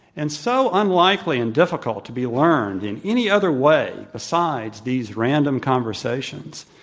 and so unlikely and difficult to be learned in any other way besides these random conversations,